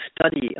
study